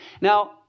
Now